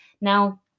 Now